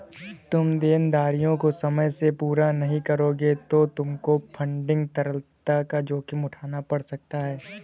तुम देनदारियों को समय से पूरा नहीं करोगे तो तुमको फंडिंग तरलता का जोखिम उठाना पड़ सकता है